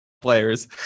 players